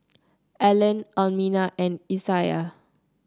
Allen Almina and Isiah